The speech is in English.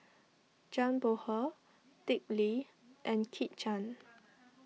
Zhang Bohe Dick Lee and Kit Chan